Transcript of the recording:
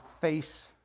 face